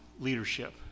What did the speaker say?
leadership